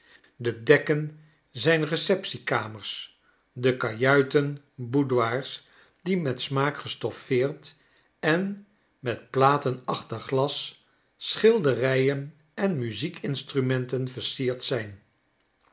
de dekken zijn receptie kamers de kajuiten boudoirs die met smaak gestoffeerd en met platen achter glas schilderijen en muziekinstrumenten versierd zijn